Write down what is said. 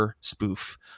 spoof